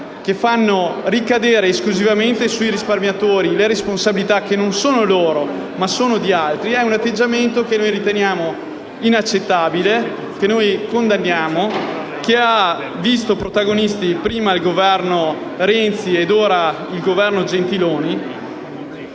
che fanno ricadere esclusivamente sui risparmiatori responsabilità che non sono loro ma di altri, è un atteggiamento inaccettabile, che condanniamo, e che ha visto protagonisti prima il Governo Renzi e ora il Governo Gentiloni